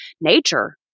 nature